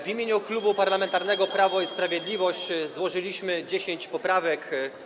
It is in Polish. W imieniu Klubu Parlamentarnego Prawo i Sprawiedliwość złożyliśmy 10 poprawek.